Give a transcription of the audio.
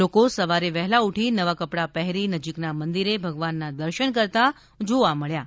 લોકો સવારે વહેલા ઉઠી નવા કપડા પહેરીને નજીકના મંદીરે ભગવાનના દર્શન કરતા જોવા મળ્યા હતા